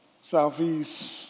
southeast